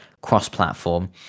cross-platform